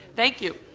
thank you.